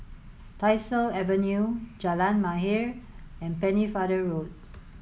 Tyersall Avenue Jalan Mahir and Pennefather Road